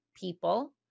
people